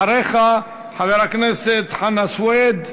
אחריך, חבר הכנסת חנא סוייד,